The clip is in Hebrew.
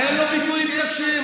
אין לו ביטויים קשים?